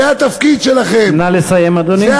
זה התפקיד שלכם נא לסיים, אדוני.